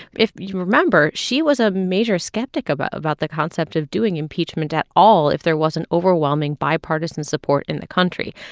if you remember, she was a major skeptic about about the concept of doing impeachment at all if there wasn't overwhelming bipartisan support in the country.